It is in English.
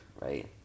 right